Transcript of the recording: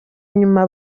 nyuma